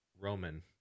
Roman